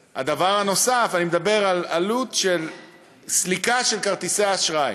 אני מדבר על עלות של סליקה של כרטיסי אשראי